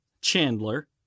Chandler